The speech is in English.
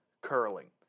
curling